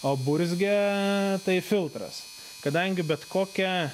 o burzgia tai filtras kadangi bet kokia